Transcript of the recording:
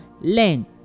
learn